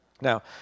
Now